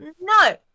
No